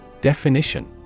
Definition